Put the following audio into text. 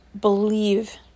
believe